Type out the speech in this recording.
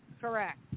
Correct